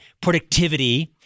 productivity